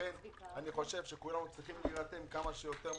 לכן אני חושב שכולנו צריכים להירתם מהר ככל הניתן,